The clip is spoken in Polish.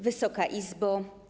Wysoka Izbo!